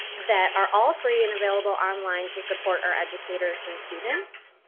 that are all free and available online to support our educators and students.